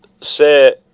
say